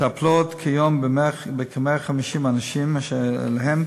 מטפלות כיום בכ-150 אנשים אשר להם